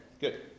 good